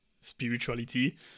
spirituality